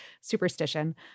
superstition